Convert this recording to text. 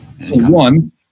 One